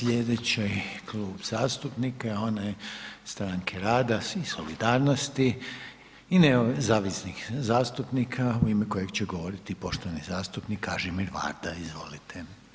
Slijedeći Klub zastupnika je onaj Stranke rada i solidarnosti i nezavisnih zastupnika u ime kojeg će govoriti poštovani zastupnik Kažimir Varda, izvolite.